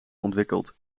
ontwikkeld